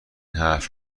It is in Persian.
حرف